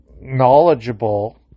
knowledgeable